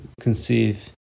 conceive